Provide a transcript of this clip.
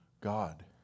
God